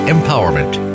Empowerment